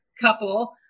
couple